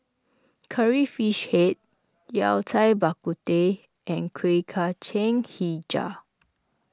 Curry Fish Head Yao Cai Bak Kut Teh and Kuih Kacang HiJau